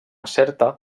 certa